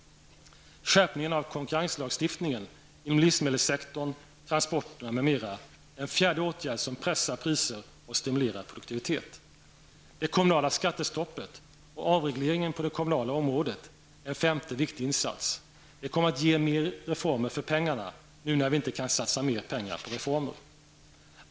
Skärpningen av konkurrenslagstiftningen inom livsmedelssektorn, transporterna, m.m. är en fjärde åtgärd som pressar priser och stimulerar produktivitet. -- Det kommunala skattestoppet och avregleringen på det kommunala området är en femte viktig insats; det kommer att ge mer reformer för pengarna, nu när vi inte kan satsa mer pengar på reformer.